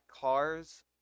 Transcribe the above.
cars